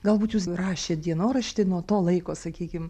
galbūt jūs rašėt dienoraštį nuo to laiko sakykim